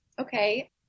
Okay